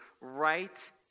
Right